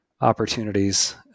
opportunities